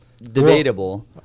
Debatable